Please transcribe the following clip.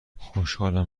خوشحالم